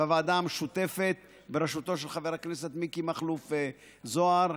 בוועדה המשותפת בראשותו של חבר הכנסת מיקי מכלוף זוהר.